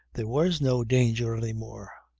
there was no danger any more.